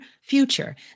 future